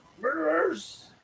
murderers